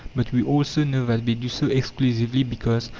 but we also know that they do so exclusively because,